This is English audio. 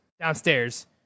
downstairs